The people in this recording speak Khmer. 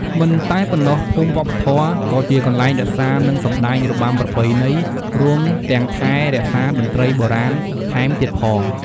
មិនតែប៉ុណ្ណោះភូមិវប្បធម៌ក៏ជាកន្លែងរក្សានិងសម្តែងរបាំប្រពៃណី រួមទាំងថែរក្សាតន្រ្តីបុរាណថែមទៀតផង។